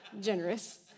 generous